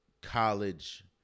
college